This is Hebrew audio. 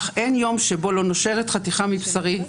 אך אין יום שבו לא נושרת חתיכה מבשרי,